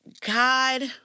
God